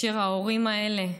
ההורים האלה יודעים,